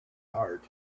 heart